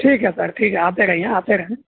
ٹھیک ہے سر ٹھیک ہے آتے رہیے آتے رہیں